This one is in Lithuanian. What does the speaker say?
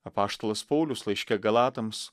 apaštalas paulius laiške galatams